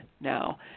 now